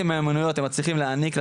מהמיומנויות הם מצליחים להעניק לסטודנטים,